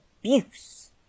Abuse